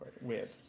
weird